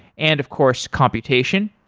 and of course computation.